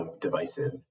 divisive